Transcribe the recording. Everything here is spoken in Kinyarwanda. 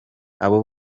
abo